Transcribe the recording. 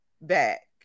back